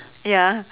ya